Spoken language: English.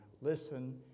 listen